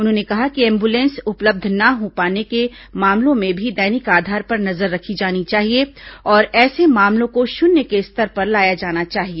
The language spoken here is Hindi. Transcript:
उन्होंने कहा कि एंबुलेंस उपलब्ध न हो पाने के मामलों में भी दैनिक आधार पर नजर रखी जानी चाहिए और ऐसे मामलों को शून्य के स्तर पर लाया जाना चाहिए